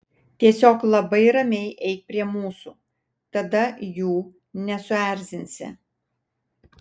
tiesiog labai ramiai eik prie mūsų tada jų nesuerzinsi